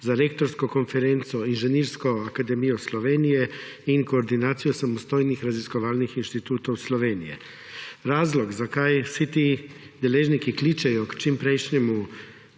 za Rektorsko konferenco, Inženirsko akademijo Slovenije in Koordinacijo samostojnih raziskovalnih inštitutov Slovenije. Razlog, zakaj vsi ti deležniki kličejo k čimprejšnji